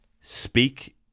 speak